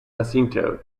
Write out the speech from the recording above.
jacinto